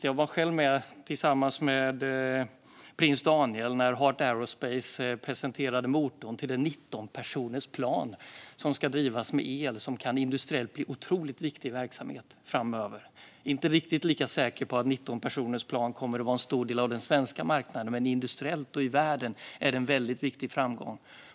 Jag var, tillsammans med prins Daniel, med när Heart Aerospace presenterade motorn till ett 19-personersplan som ska drivas med el. Det kan industriellt bli en otroligt viktig verksamhet framöver. Jag är inte riktigt lika säker på att 19personersplan kommer att vara en stor del av den svenska marknaden. Men industriellt och i världen är det en väldigt viktig framgång.